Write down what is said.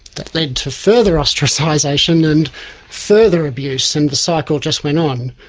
that led to further ostracisation and further abuse, and the cycle just went on.